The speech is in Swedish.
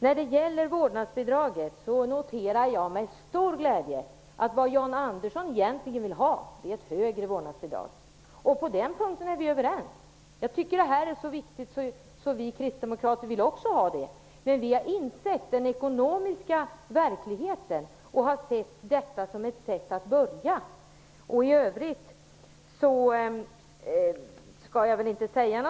När det gäller vårdnadsbidrag noterar jag med stor glädje att Jan Andersson egentligen vill ha ett högre vårdnadsbidrag. På den punkten är vi överens. Det här är så viktigt att vi kristdemokrater också skulle vilja ha det, men vi har insett den ekonomiska verkligheten och har sett detta som ett sätt att börja.